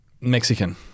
Mexican